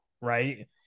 right